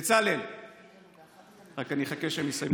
בצלאל, אני רק אחכה שהם יסיימו את השיחה.